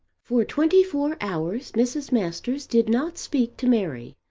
for twenty-four hours mrs. masters did not speak to mary,